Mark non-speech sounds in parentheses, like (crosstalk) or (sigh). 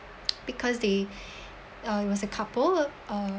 (noise) because they (breath) uh it was a couple uh